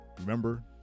Remember